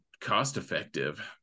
cost-effective